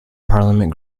parliament